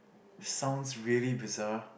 sounds really bizarre